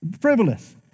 frivolous